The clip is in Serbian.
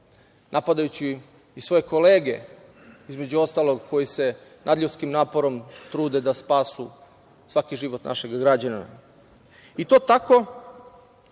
napadajući i svoje kolege, između ostalog, koji se nadljudskim naporom trude da spasu svaki život naših građana. I to tako